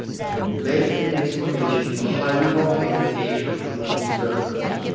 i have been led to an explanation of the highly volcanic nature of the moon's surface.